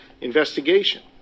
investigation